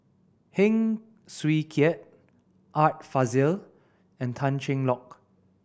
Heng Swee Keat Art Fazil and Tan Cheng Lock